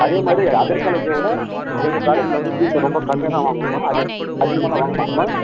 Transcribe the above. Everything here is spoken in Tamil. அதே மாதிரி அதர் காலேஜை விட எங்கள் காலேஜில் வந்து ஃபீஸு ரொம்ப கம்மியாக தான் வாங்குவோம்மா அதிகம் அதிகமாலாம் வாங்க மாட்டோம்மா